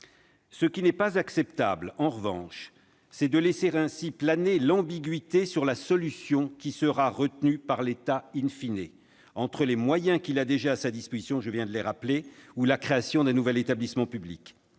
Ce qui n'est pas acceptable, en revanche, c'est de laisser ainsi planer l'ambiguïté sur la solution qui sera retenue par l'État, entre les moyens qu'il a déjà à sa disposition et la création d'un nouvel établissement public.